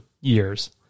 years